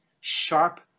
sharp